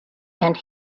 and